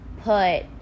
put